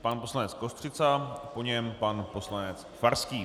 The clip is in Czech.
Pan poslanec Kostřica, po něm pan poslanec Farský.